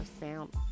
sound